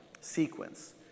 sequence